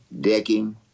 decking